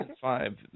five